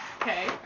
Okay